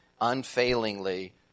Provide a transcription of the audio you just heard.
unfailingly